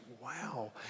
wow